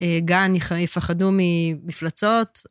גן, יפחדו ממפלצות.